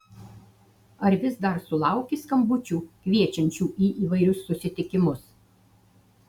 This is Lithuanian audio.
ar vis dar sulauki skambučių kviečiančių į įvairius susitikimus